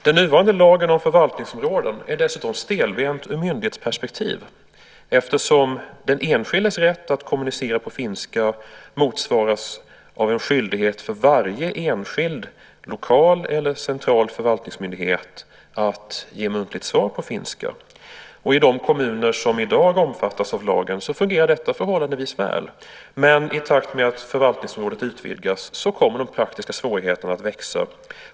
Den nuvarande lagen om förvaltningsområden är dessutom stelbent ur ett myndighetsperspektiv. Den enskildes rätt att kommunicera på finska motsvaras av en skyldighet för varje enskild lokal eller central förvaltningsmyndighet att ge ett muntligt svar på finska. I de kommuner som i dag omfattas av lagen fungerar detta förhållandevis väl, men i takt med att förvaltningsområdet utvidgas kommer de praktiska svårigheterna att växa.